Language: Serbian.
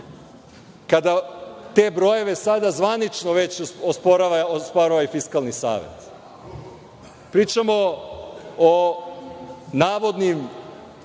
kada te brojeve sada zvanično već osporava i Fiskalni savet. Pričamo o navodnim